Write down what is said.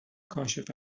کاشف